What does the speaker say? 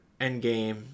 Endgame